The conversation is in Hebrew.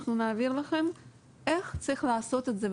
אנחנו נעביר לכם איך צריך לעשות את זה.